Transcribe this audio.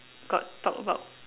got talk about